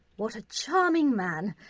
what a charming man!